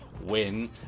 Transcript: win